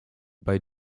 bei